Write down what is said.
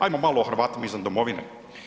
Ajmo malo o Hrvatima izvan domovine.